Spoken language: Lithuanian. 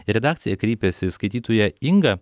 redakcija kreipėsi į skaitytoją ingą